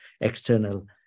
external